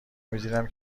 میدیدم